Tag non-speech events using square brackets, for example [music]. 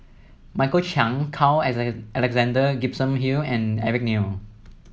Michael Chiang Carl [unintelligible] Alexander Gibson Hill and Eric Neo